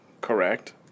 Correct